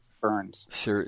burns